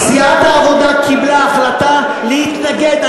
סיעת העבודה קיבלה החלטה להתנגד.